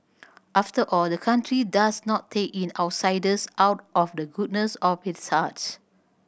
after all the country does not take in outsiders out of the goodness of its heart